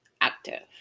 active